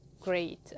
great